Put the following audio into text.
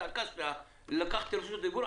כשהתעקשת לקחת רשות דיבור,